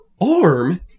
arm